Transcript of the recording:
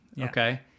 okay